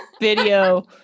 video